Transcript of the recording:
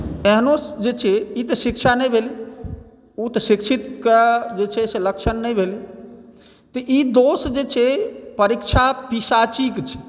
एहनो जे छै ई तऽ शिक्षा नहि भेलै ओ तऽ शिक्षितकेँ तऽ लक्षण नहि भेलै तऽ ई दोष जे छै परीक्षा पिशाचिक छै